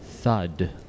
thud